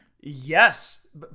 Yes